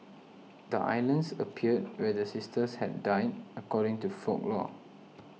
the islands appeared where the sisters had died according to folklore